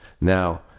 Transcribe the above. now